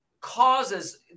causes